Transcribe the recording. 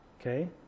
Okay